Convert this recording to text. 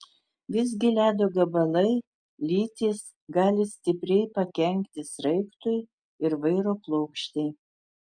visgi ledo gabalai lytys gali stipriai pakenkti sraigtui ir vairo plokštei